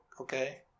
okay